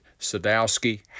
Sadowski